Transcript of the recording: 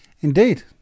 indeed